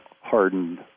hardened